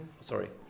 Sorry